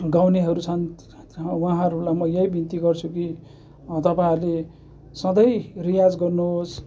गाउनेहरू छन् उहाँहरूलाई म यही बिन्ती गर्छु कि तपाईँहरूले सधैँ रियाज गर्नुहोस्